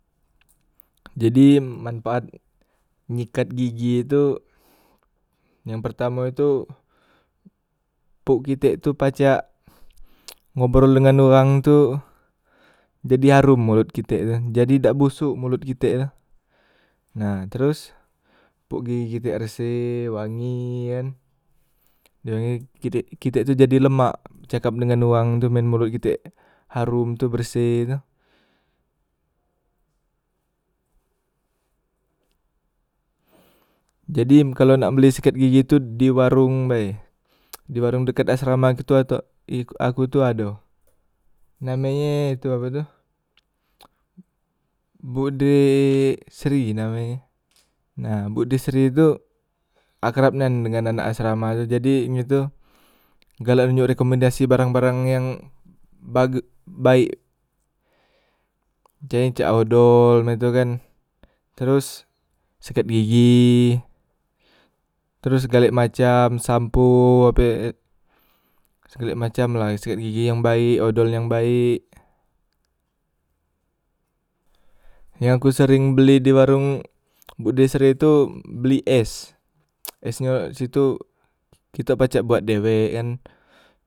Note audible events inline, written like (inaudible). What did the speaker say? Jadi manpaat nyikat gigi itu, yang pertamo tu puk kitek pacak ngobrol dengan uwang tu jadi harom mulut kitek tu, jadi dak busuk mulut kitek tu, nah tros puk gigik kitek reseh wangi e kan, do e kitek kitek tu jadi lemak cakap dengan uwang tu men molot kitek harom tu berseh tu. Jadi kalo nak beli sikat gigi tu di warong bae, di warong dekat asrama ketu ato i aku tu ado, namenye tu ape tu bude sri name e, nah bukde sri tu akrab nyan dengan anak asrama tu jadi nye tu galak nyerekomendasi barang- barang yang bage baek, ce cak odol mak itu kan, tros sikat gigi, tros segalek macam sampo ape e segalek macam la sikat gigi yang baek odol yang baek, yang ku sereng beli di warong bumde sri tu beli es (noise) esnyo situk kitok pacak buat dewek e kan.